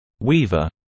Weaver